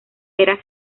era